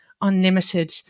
unlimited